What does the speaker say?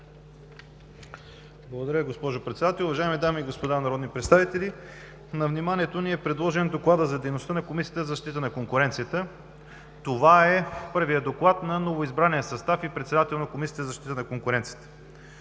Благодаря, госпожо Председател. Уважаеми дами и господа народни представители, на вниманието ни е предложен Докладът за дейността на Комисията за защита на конкуренцията. Това е първият доклад на новоизбрания състав и председател на Комисията за защита на конкуренцията.